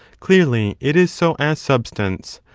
clearly it is so as substance,